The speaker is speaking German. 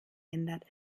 ändert